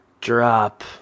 drop